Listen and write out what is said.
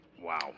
Wow